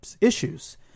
issues